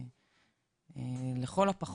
לכל הפחות,